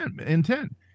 intent